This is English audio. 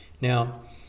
Now